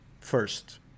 first